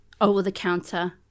over-the-counter